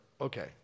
okay